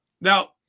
Now